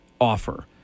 offer